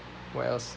what else